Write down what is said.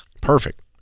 Perfect